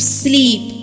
sleep